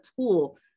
tool